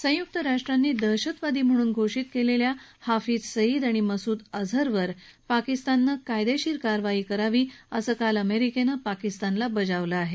संयुक्त राष्ट्रांनी दहशतवादी म्हणून घोषित केलेल्या हाफिज सईद आणि मसूद अझहरवर पाकिस्तानं कायदेशीर कारवाई करावी असं काल अमेरिकेनं पाकिस्तानला बजावलं आहे